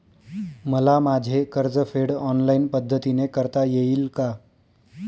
मला माझे कर्जफेड ऑनलाइन पद्धतीने करता येईल का?